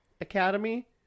Academy